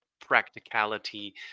practicality